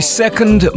second